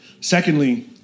Secondly